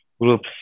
groups